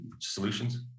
solutions